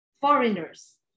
foreigners